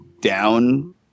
down